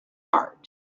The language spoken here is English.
heart